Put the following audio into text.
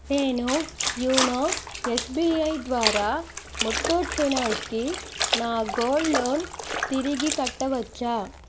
నేను YONO SBI ద్వారా ముత్తూట్ ఫైనాన్స్కి నా గోల్డ్ లోన్ తిరిగి కట్టవచ్చా